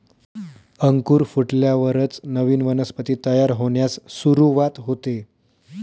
अंकुर फुटल्यावरच नवीन वनस्पती तयार होण्यास सुरूवात होते